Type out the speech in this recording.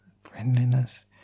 friendliness